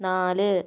നാല്